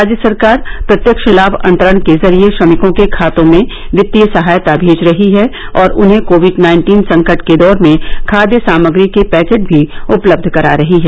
राज्य सरकार प्रत्यक्ष लाभ अंतरण के जरिये श्रमिकों के खाते में वितीय सहायता भेज रही है और उन्हें कोविड नाइन्टीन संकट के दौर में खाद्य सामग्री के पैकेट भी उपलब्ध करा रही है